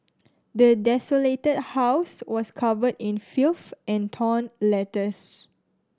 the desolated house was covered in filth and torn letters